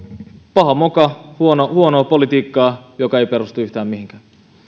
paha moka huonoa politiikkaa joka ei perustu yhtään mihinkään